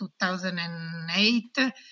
2008